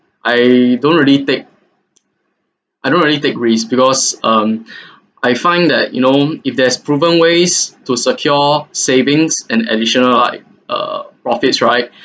I don't really take I don't really take risk because um I find that you know if there's proven ways to secure savings and additional like uh profits right